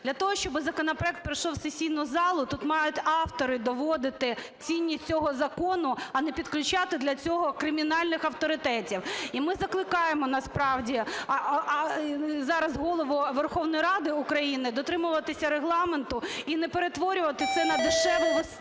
Для того, щоб законопроект пройшов в сесійну залу, тут мають автори доводити цінність цього закону, а не підключати для цього кримінальних авторитетів. І ми закликаємо насправді зараз Голову Верховної Ради України дотримуватися Регламенту і не перетворювати це на дешеву виставу.